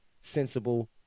sensible